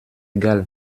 égal